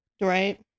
Right